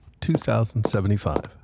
2075